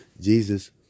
Jesus